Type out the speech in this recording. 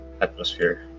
atmosphere